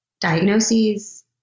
diagnoses